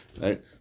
right